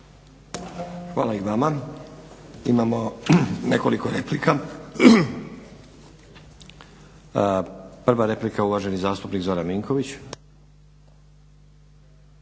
Hvala i vama. Imamo nekoliko replika. Prva replika uvaženi zastupnik Zoran Vinković.